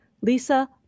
Lisa